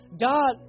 God